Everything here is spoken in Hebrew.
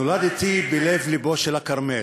נולדתי בלב לבו של הכרמל.